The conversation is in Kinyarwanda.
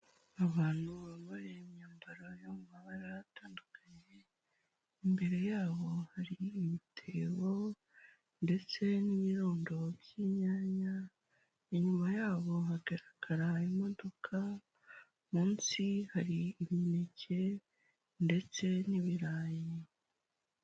Abantu bambaye imyambaro yo mu mabara batandukanye, imbere yabo hari ibitebo ndetse n'ibirundo by'inyanya, inyuma yabo hagaragara imodoka, munsi hari imineke ndetse n'ibirayi.